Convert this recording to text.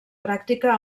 pràctica